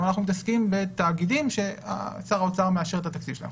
אלא אנחנו מתעסקים בתאגידים ששר האוצר מאשר את התקציב שלהם.